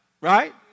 Right